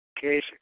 case